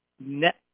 net